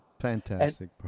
Fantastic